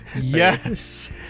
yes